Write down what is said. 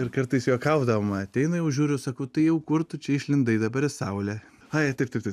ir kartais juokaudavom ateina jau žiūriu sakau tai jau kur tu čia išlindai dabar į saulę ai taip taip taip